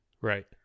Right